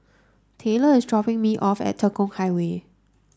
Taylor is dropping me off at Tekong Highway